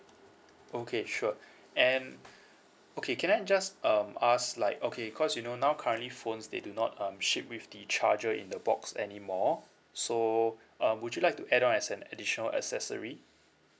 okay sure and okay can I just um ask like okay cause you know now currently phones they do not um ship with the charger in the box anymore so um would you like to add on as an additional accessory